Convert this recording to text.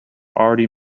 already